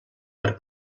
per